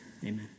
Amen